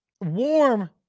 warm